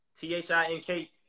T-H-I-N-K